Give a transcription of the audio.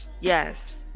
Yes